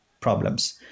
problems